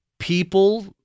People